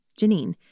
Janine